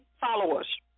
followers